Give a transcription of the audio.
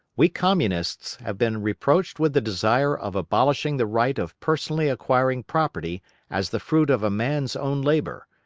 we communists have been reproached with the desire of abolishing the right of personally acquiring property as the fruit of a man's own labour,